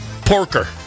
Porker